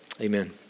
Amen